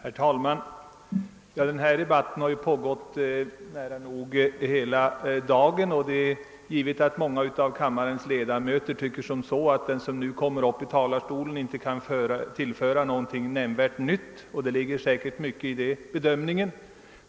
Herr talman! Denna debatt har ju pågått nära nog hela dagen, och det är givet att många av kammarens ledamöter tycker, att den som nu kommer upp i talarstolen inte kan tillföra debatten något nämnvärt nytt, och det ligger säkert mycket i den bedömningen.